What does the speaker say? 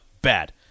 Bad